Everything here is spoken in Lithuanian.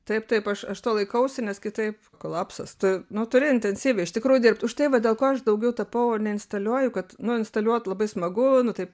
taip taip aš aš to laikausi nes kitaip kolapsas tu nu turi intensyviai iš tikrųjų dirbt už tai dėl ko aš daugiau tapau o ne instaliuoju kad nu instaliuot labai smagu nu taip